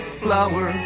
flower